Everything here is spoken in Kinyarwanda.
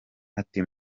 ati